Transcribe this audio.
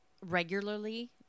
regularly